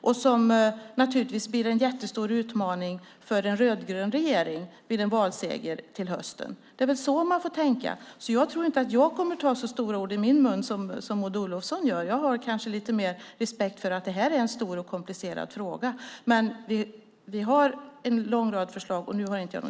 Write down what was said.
Och det blir naturligtvis en jättestor utmaning för en rödgrön regering vid en valseger till hösten. Det är väl så man får tänka. Jag tror inte att jag kommer att ta så stora ord i min mun som Maud Olofsson gör. Jag har kanske lite mer respekt för att det här är en stor och komplicerad fråga. Men vi har en lång rad förslag.